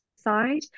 side